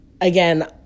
again